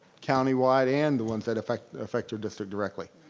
countywide and the ones that affect affect your district directly.